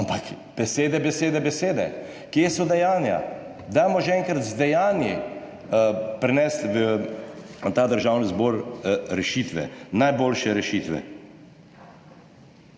ampak besede, besede, besede. Kje so dejanja? Dajmo že enkrat z dejanji prenesti v ta državni zbor rešitve, najboljše rešitve.